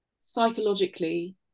psychologically